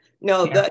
No